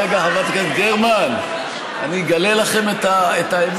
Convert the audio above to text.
רגע, חברת הכנסת גרמן, אני אגלה לכם את האמת.